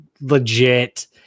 legit